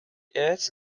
ads